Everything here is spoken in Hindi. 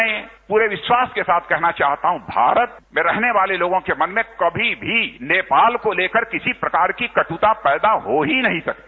मैं पूरे विश्वास के साथ कहना चाहता हूं कि भारत में रहने वाले लोगों के मन में कभी भी नेपाल को लेकर किसी प्रकार की कदुता पैदा हो ही नहीं सकती